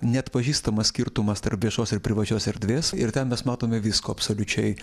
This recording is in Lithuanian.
neatpažįstamas skirtumas tarp viešos ir privačios erdvės ir ten mes matome visko absoliučiai